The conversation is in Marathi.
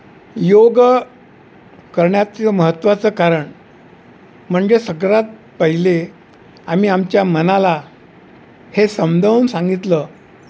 योग करण्याचं महत्वाचं कारण म्हणजे सगळ्यात पहिले आम्ही आमच्या मनाला हे समजावून सांगितलं